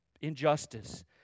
injustice